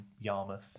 Yarmouth